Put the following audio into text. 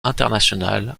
international